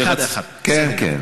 כן, כן.